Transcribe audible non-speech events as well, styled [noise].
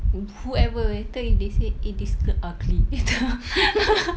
whoever later if they say eh this girl ugly [noise]